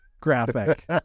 graphic